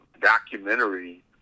documentary